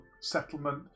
settlement